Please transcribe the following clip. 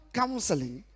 counseling